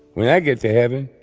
when i get to heaven,